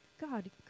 God